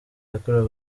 yakorewe